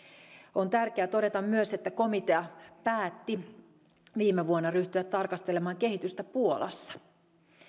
on tärkeää todeta myös että komitea päätti viime vuonna ryhtyä tarkastelemaan kehitystä puolassa